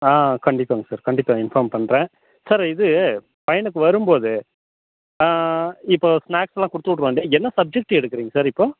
ஆ கண்டிப்பாங்க சார் கண்டிப்பாக இன்ஃபார்ம் பண்ணுறன் சார் இது பையனுக்கு வரும்போது ஆ இப்போ ஸ்நாக்ஸ்லாம் கொடுத்துவுட்ருவா என்ன சப்ஜெக்ட் எடுக்குறிங்க சார் இப்போ